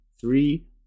three